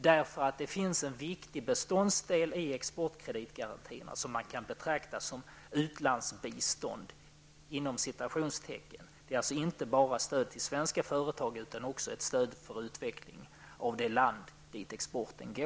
Det finns en viktig beståndsdel i exportkreditgarantin som man kan betrakta som ''utlandsbistånd''. Det är alltså inte bara stöd till svenska företag, utan också stöd för utveckling i det land dit exporten går.